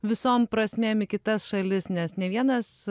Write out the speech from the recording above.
visom prasmėm į kitas šalis nes ne vienas